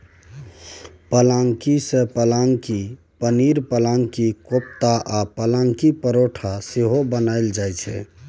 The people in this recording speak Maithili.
पलांकी सँ पलांकी पनीर, पलांकी कोपता आ पलांकी परौठा सेहो बनाएल जाइ छै